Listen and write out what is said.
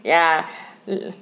ya